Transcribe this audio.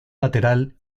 lateral